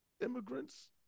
immigrants